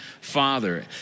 father